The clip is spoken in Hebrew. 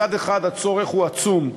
מצד אחד הצורך הוא עצום,